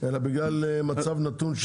אלא בגלל מצב נתון.